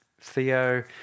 Theo